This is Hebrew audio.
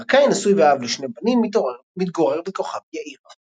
ברקאי נשוי ואב לשני בנים, מתגורר בכוכב יאיר.